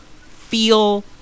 feel